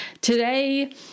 Today